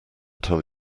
tell